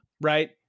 right